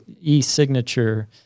e-signature